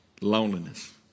loneliness